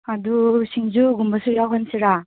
ꯑꯗꯨ ꯁꯤꯡꯖꯨꯒꯨꯝꯕꯁꯨ ꯌꯥꯎꯍꯟꯁꯤꯔꯥ